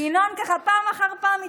ינון פעם אחר פעם התפרץ לדבריי.